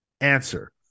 Answer